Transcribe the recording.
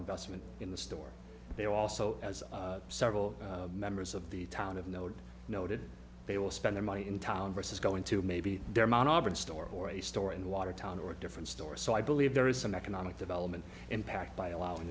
vestment in the store they also as several members of the town of node noted they will spend their money in town versus going to maybe their mount auburn store or a store in watertown or a different store so i believe there is an economic development impact by allowing